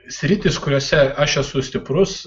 sritys kuriose aš esu stiprus